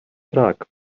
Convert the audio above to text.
track